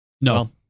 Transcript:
No